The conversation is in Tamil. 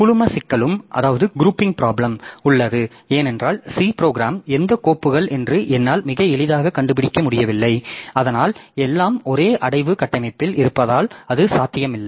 குழும சிக்கலும் உள்ளது ஏனென்றால் C ப்ரோக்ராம் எந்த கோப்புகள் என்று என்னால் மிக எளிதாக கண்டுபிடிக்க முடியவில்லை அதனால் எல்லாம் ஒரே அடைவு கட்டமைப்பில் இருப்பதால் அது சாத்தியமில்லை